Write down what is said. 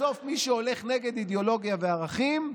בסוף מי שהולך נגד אידיאולוגיה וערכים,